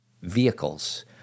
Vehicles